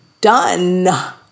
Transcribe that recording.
done